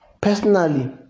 personally